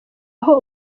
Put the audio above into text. aho